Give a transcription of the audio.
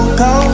go